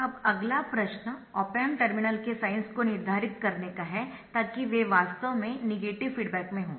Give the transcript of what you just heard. अब अगला प्रश्न ऑप एम्प टर्मिनल के साइंस को निर्धारित करने का है ताकि वे वास्तव में नेगेटिव फीडबैक में हों